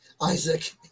Isaac